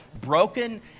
broken